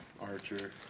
archer